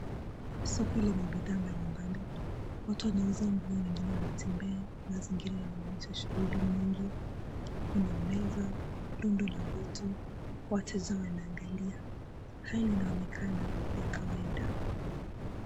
Soko lenye bidhaa mbalimbali. Watu wanauza nguo, wengine wanatembea. Mazingira yanaonyesha shughuli nyingi. Kuna meza, dondo la vitu wateja wanaangalia. Hali inaonekana ya kawaida.